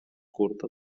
curta